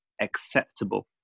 acceptable